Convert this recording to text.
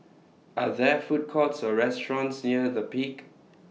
Are There Food Courts Or restaurants near The Peak